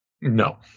No